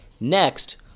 Next